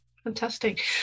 Fantastic